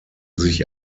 sich